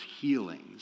healings